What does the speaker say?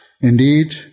Indeed